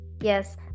Yes